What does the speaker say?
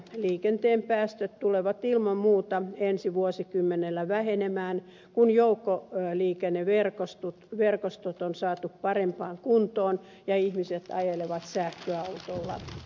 liikenteen päästöt tulevat ilman muuta ensi vuosikymmenellä vähenemään kun joukkoliikenneverkostot on saatu parempaan kuntoon ja ihmiset ajelevat sähköautoilla